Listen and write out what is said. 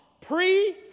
pre